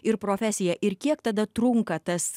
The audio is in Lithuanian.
ir profesiją ir kiek tada trunka tas